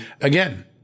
Again